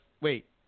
Wait